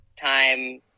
time